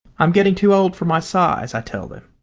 i'm getting too old for my size, i tell them.